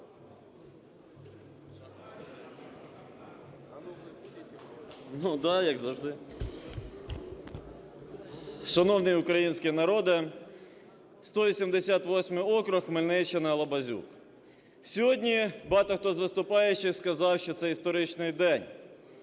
Шановний український народе! 188 округ, Хмельниччина, Лабазюк. Сьогодні багато хто з виступаючих сказав, що це історичний день.